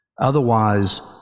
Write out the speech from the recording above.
Otherwise